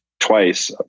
twice